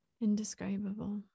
indescribable